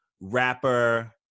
rapper